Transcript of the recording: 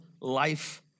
life